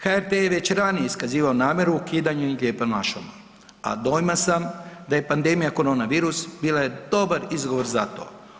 HRT je već ranije iskazivao namjeru ukidanja „Lijepom našom“ a dojma sam da je pandemija korona virus bila dobar izgovor za to.